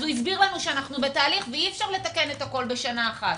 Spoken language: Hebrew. הוא הסביר לנו שזה בתהליך ואי אפשר לתקן את הכול בשנה אחת.